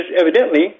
evidently